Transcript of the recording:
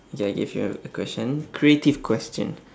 okay I give you a a question creative question